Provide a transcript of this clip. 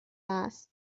است